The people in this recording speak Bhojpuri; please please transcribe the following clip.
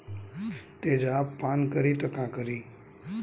तेजाब पान करी त का करी?